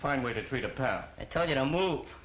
fine way to treat a path i tell you to move